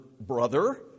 brother